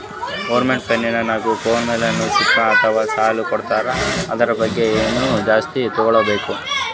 private finance ನಾಗ್ನೂ financial scheme ಇರ್ತಾವ್ ಸಾಲ ಕೊಡ್ತಾರ ಅದುರ್ ಬಗ್ಗೆ ಇನ್ನಾ ಜಾಸ್ತಿ ತಿಳ್ಕೋಬೇಕು